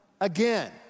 again